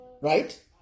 Right